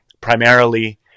primarily